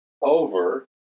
over